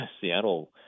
Seattle